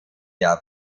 der